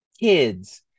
Kids